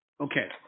Okay